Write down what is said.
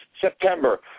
September